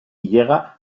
llega